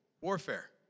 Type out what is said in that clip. warfare